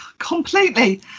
Completely